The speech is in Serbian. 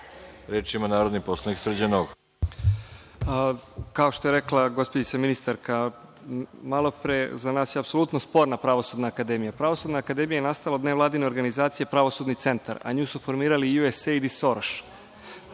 Srđan Nogo. **Srđan Nogo** Kao što je rekla gospođica ministarka malo pre, za nas je apsolutno sporna Pravosudna akademija. Pravosudna akademija je nastala od nevladine organizacije Pravosudni centar, a nju su formirali USAID i Soroš.